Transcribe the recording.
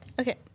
Okay